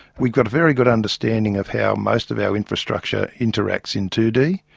we've got a very good understanding of how most of our infrastructure interacts in two d,